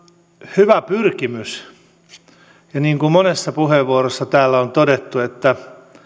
hyvä pyrkimys ja niin kuin monessa puheenvuorossa täällä on todettu